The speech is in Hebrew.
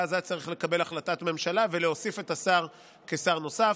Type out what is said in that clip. ואז היה צריך לקבל החלטת ממשלה ולהוסיף את השר כשר נוסף.